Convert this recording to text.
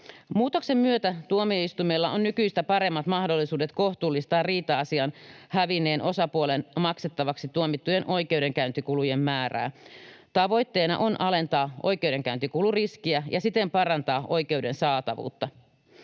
Muutoksen myötä tuomioistuimella on nykyistä paremmat mahdollisuudet kohtuullistaa riita-asian hävinneen osapuolen maksettavaksi tuomittujen oikeudenkäyntikulujen määrää. Tavoitteena on alentaa oikeudenkäyntikuluriskiä ja siten parantaa oikeuden saatavuutta.